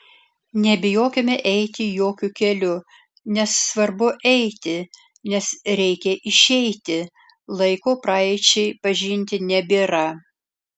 nebijokime eiti jokiu keliu nes svarbu eiti nes reikia išeiti laiko praeičiai pažinti nebėra